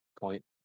point